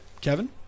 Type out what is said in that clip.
Kevin